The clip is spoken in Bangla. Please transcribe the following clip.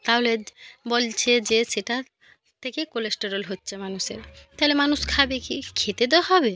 তাহলে বলছে যে সেটা থেকে কোলেস্ট্রেরল হচ্ছে মানুষের তাহলে মানুষ খাবে কী খেতে তো হবে